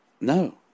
No